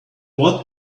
what